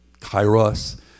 Kairos